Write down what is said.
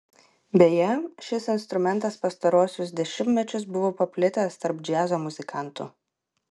beje šis instrumentas pastaruosius dešimtmečius buvo paplitęs tarp džiazo muzikantų